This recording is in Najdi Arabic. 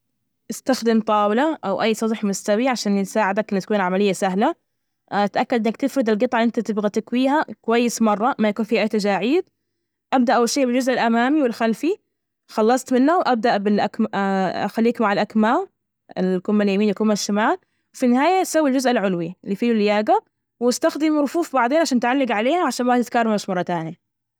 استخدم طاولة أو أي سطح مستوي عشان يساعدك إنه تكون العملية سهلة، تأكد إنك تفرض الجطعة اللي أنت تبغى تكويها كويس، مرة ما يكون فيها أي تجاعيد، أبدأ أول شي بالجزء الأمامي والخلفي خلصت منه وأبدأ بالأك خليكي مع الأكمام الكم اليمين والكم الشمال، وفي النهاية سوي الجزء العلوي اللي فيه الياجة، واستخدم رفوف بعضين عشان تعلق عليها عشان ما تتكرمش مرة تانية.